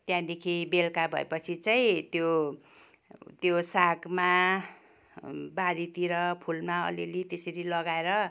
त्यहाँदेखि बेलुका भएपछि चाहिँ त्यो त्यो सागमा बारीतिर फुलमा अलिअलि त्यसरी लगाएर